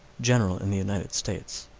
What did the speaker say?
general in the united states.